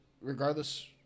regardless